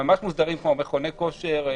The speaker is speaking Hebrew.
כמו מכוני הכושר,